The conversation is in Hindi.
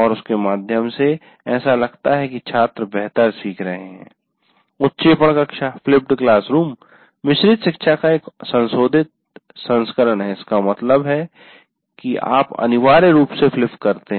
और उसके माध्यम से ऐसा लगता है कि छात्र बेहतर सीख रहे हैं उत्क्षेपण कक्षा मिश्रित शिक्षा का एक संशोधित संस्करण है इसका मतलब है कि आप अनिवार्य रूप से फ्लिप करते हैं